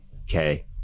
okay